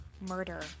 Murder